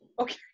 Okay